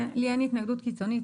לי אין התנגדות קיצונית,